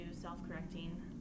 self-correcting